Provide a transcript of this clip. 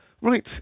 right